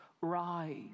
rise